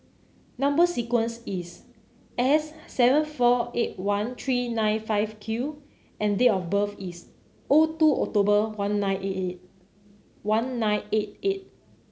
number sequence is S seven four eight one three nine five Q and date of birth is O two October one nine eight eight one nine eight eight